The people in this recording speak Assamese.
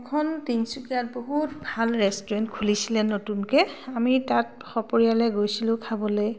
এখন তিনচুকীয়াত বহুত ভাল ৰেষ্টুৰেণ্ট খুলিছিলে নতুনকে আমি তাত সপৰিয়ালে গৈছিলোঁ খাবলে